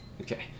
Okay